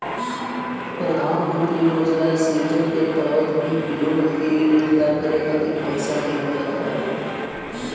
प्रधानमंत्री रोजगार सृजन के तहत भी लोग के रोजगार करे खातिर पईसा देहल जात हवे